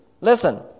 Listen